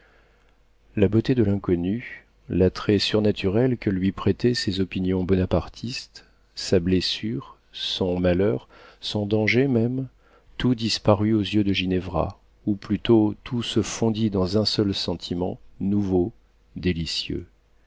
la beauté de l'inconnu l'attrait surnaturel que lui prêtaient ses opinions bonapartistes sa blessure son malheur son danger même tout disparut aux yeux de ginevra ou plutôt tout se fondit dans un seul sentiment nouveau délicieux